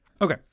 Okay